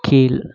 கீழ்